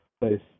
place